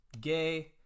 Gay